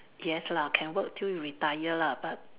yes lah can work till we retire lah but